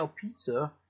pizza